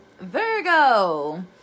Virgo